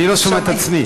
אני לא שומע את עצמי.